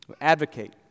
Advocate